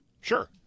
Sure